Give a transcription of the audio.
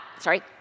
sorry